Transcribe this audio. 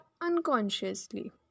unconsciously